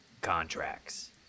contracts